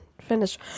finish